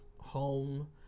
home